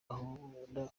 gahunda